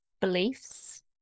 beliefs